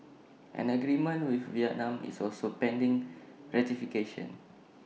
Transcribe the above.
an agreement with Vietnam is also pending ratification